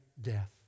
death